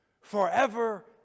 Forever